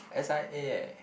s_i_a eh